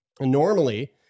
Normally